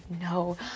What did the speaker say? no